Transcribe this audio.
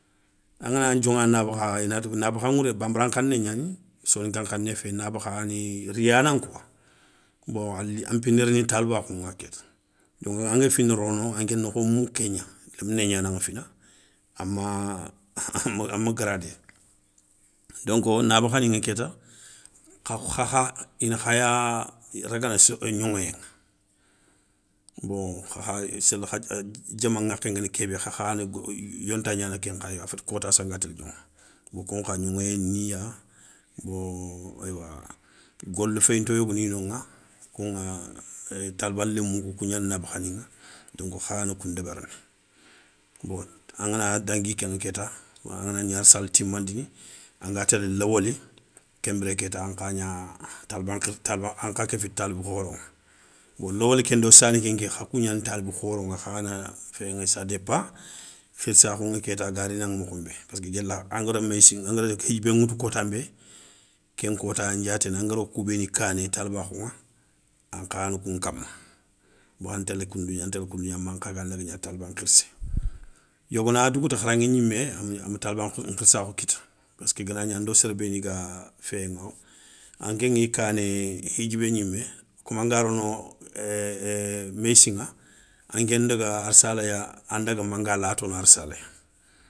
Angana dioŋa nabakha inati nabakha ŋouré banbara nkhané gnani, soninkan khané fé a ya ni riyana nkouwa. Bon an pina rini talibakhouŋa kéta, don anga fini rono ankénakho mouké gna, léminé gnanaŋa fina, ama, ama garadé, donk nabakhani ŋa kéta kha kha ina khaya ragana gnoŋoyéŋa. Bon kha kha séli kha diama ŋakhé nguéni kébé kha khana yonta gnana kenkhayi, a féti kotassou anga télé gnoŋo. Bon kounkha gnoŋoyé niya, bon eywa golé féyinto yogoniy noŋa kouŋa, euu taliba lémoukou kougnana nabakhaniŋa donk khana kou ndébérini. Bon angana dangui kéŋa kéta anganagni arssala timandini, anga télé léwéli, kenbiré kéta ankha gna ankha kéfi talibé khoro, bon lowol kendo sani kenké, kha kou gnani talibi khoro ŋa khana, féyéŋa sa dépa khirssakhou ŋa kéta ga rinaŋa mokho nbé pesski guéla angaro méyssi, angara hidjibé ŋoutou kotanbé, ken kota yan diaténé. Angaro kou béni kané talibakhou ŋa ankhana kou nkama, bon an télé koundou gna, an télé koundou gna mankha ga ndaga gna taliban khirssé. Yogona dougouta kharaŋé gnimé ama taliba nkhirssakhou kita, peski i gana gni ando séré béni ga féyé ŋa anké ŋi kané, hidjibé gnimé, koma anga roono méyssiŋa anké ndaga arssala ya andaga ma nga latono arssala.